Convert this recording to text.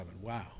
Wow